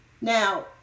Now